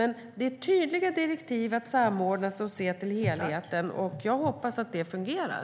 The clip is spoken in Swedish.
Det finns tydliga direktiv om samordning som ser till helheten, och jag hoppas att det fungerar.